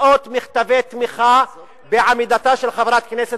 מאות מכתבי תמיכה בעמידתה של חברת הכנסת